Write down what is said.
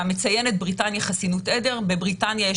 אתה מציין את חסינות העדר בבריטניה,